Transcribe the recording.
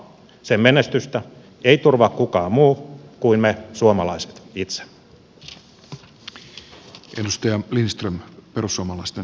sen menestystä ei turvaa kukaan muu kuin me suomalaiset itse